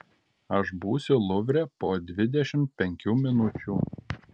aš būsiu luvre po dvidešimt penkių minučių